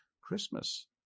Christmas